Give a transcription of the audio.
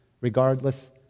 regardless